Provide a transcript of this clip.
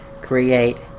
create